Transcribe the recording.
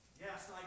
Yes